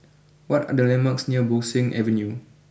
what are the landmarks near Bo Seng Avenue